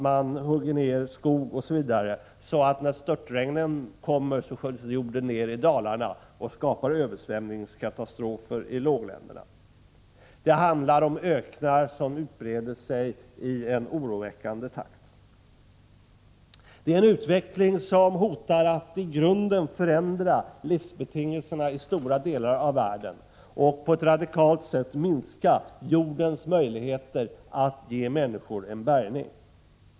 Man hugger ned skog osv., så att jorden sköljs ned i dalarna när störtregnen kommer, med påföljd att det blir översvämningskatastrofer i lågländerna. Det handlar också om öknar som utbreder sig i oroväckande takt. Denna utveckling hotar att i grunden förändra livsbetingelserna i stora delar av världen och på ett radikalt sätt minska jordens möjligheter att ge människor bärgning.